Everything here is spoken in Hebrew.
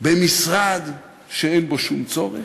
במשרד שאין בו שום צורך,